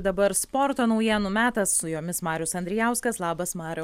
dabar sporto naujienų metas su jomis marius andrijauskas labas mariau